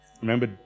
Remember